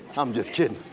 i'm just kidding.